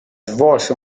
svolse